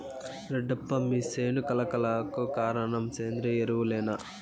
రెడ్డప్ప మీ సేను కళ కళకు కారణం సేంద్రీయ ఎరువులేనా